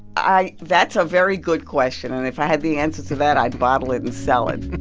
i that's a very good question. and if i had the answer to that, i'd bottle it and sell it